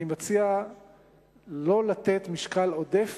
אני מציע לא לתת משקל עודף,